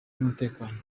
n’umutekano